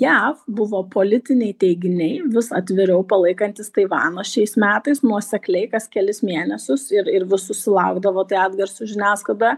jav buvo politiniai teiginiai vis atviriau palaikantys taivaną šiais metais nuosekliai kas kelis mėnesius ir ir vis susilaukdavo atgarsių žiniasklaidoje